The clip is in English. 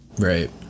Right